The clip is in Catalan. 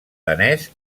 danès